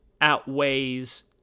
outweighs